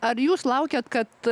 ar jūs laukiate kad